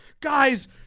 Guys